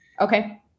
Okay